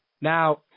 Now